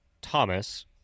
thomas